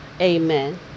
Amen